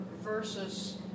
versus